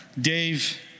Dave